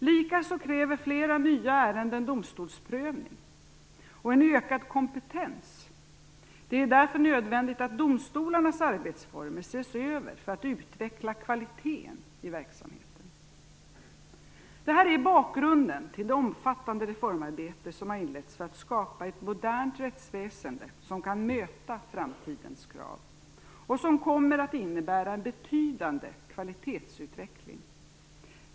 Likaså kräver flera nya ärenden domstolsprövning och en ökad kompetens. Det är därför nödvändigt att domstolarnas arbetsformer ses över för att kvaliteten i verksamheten skall kunna utvecklas. Det här är bakgrunden till det omfattande reformarbete som har inletts för att skapa ett modernt rättsväsende som kan möta framtidens krav och som kommer att innebära en betydande kvalitetsutveckling.